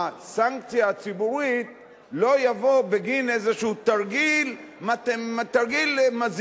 מהסנקציה הציבורית לא יבוא בגין איזשהו תרגיל מזהיר,